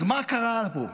אז מה קרה פה?